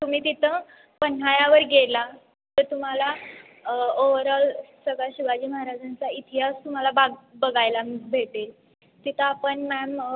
तुम्ही तिथं पन्हाळ्यावर गेला तर तुम्हाला ओवरऑल सगळा शिवाजी महाराजांचा इतिहास तुम्हाला बाग बघायला भेटेल तिथं आपण मॅम